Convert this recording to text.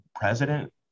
president